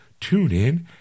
TuneIn